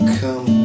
come